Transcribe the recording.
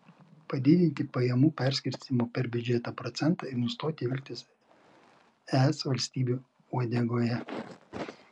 padidinti pajamų perskirstymo per biudžetą procentą ir nustoti vilktis es valstybių uodegoje